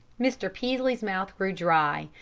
mr. peaslee's mouth grew dry,